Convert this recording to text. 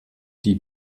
die